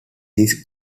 this